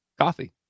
coffee